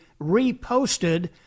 reposted